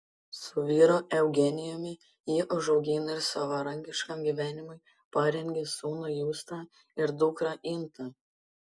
su vyru eugenijumi ji užaugino ir savarankiškam gyvenimui parengė sūnų justą ir dukrą intą